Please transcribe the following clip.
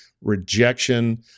rejection